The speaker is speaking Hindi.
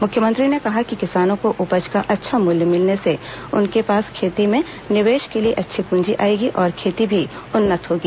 मुख्यमंत्री ने कहा कि किसानों को उपज का अच्छा मूल्य मिलने से उनके पास खेती में निवेश करने के लिए पूंजी आएगी और खेती भी उन्नत होगी